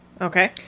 okay